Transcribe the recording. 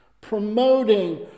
promoting